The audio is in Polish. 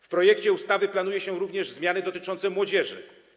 W projekcie ustawy planuje się również zmianę dotyczącą młodzieży.